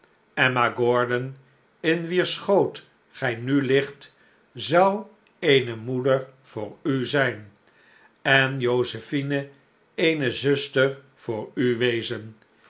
emma gordon in wier schoot gij nu ligt zou eene moeder voor u zijn en josephine eene zuster voor u wezen